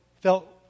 felt